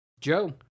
Joe